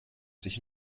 sich